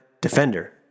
defender